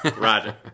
Roger